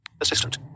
Assistant